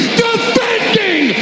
defending